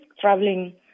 traveling